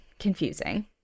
confusing